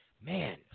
Man